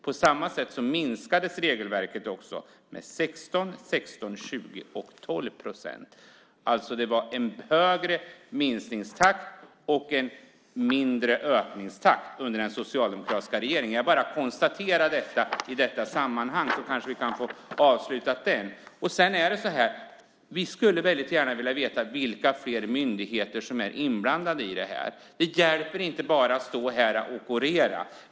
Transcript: På samma sätt minskades också regelverket med 16, 16, 20 och 12 procent. Det var alltså en högre minskningstakt och en lägre ökningstakt under den socialdemokratiska regeringen. Jag bara konstaterar detta i det här sammanhanget så kanske vi kan avsluta den diskussionen. Vi skulle väldigt gärna vilja veta vilka fler myndigheter som är inblandade i detta. Det hjälper inte att bara stå här och orera.